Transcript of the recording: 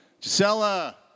Gisela